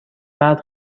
مرد